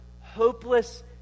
hopeless